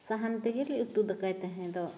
ᱥᱟᱦᱟᱱ ᱛᱮᱜᱮᱞᱮ ᱩᱛᱩᱼᱫᱟᱠᱟᱭ ᱛᱟᱦᱮᱸᱫᱚᱜ